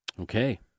Okay